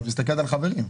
את מסתכלת על חברים.